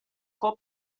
cop